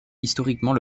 historiquement